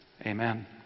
Amen